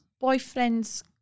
boyfriend's